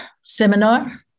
seminar